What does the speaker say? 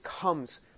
comes